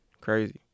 crazy